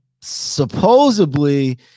Supposedly